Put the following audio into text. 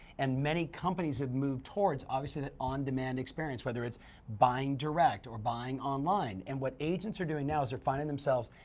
and many companies have moved toward obviously that on demand experience, whether it's buying direct, or buying online. and what agents are doing now is they're finding themselves,